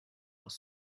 aus